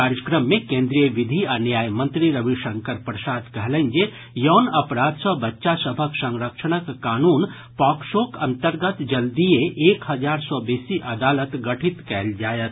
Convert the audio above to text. कार्यक्रम मे केंद्रीय विधि आ न्याय मंत्री रविशंकर प्रसाद कहलनि जे यौन अपराध सँ बच्चा सभक संरक्षणक कानून पॉक्सोक अंतर्गत जल्दीए एक हजार सँ बेसी अदालत गठित कयल जायत